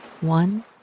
one